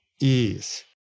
ease